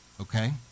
okay